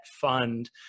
fund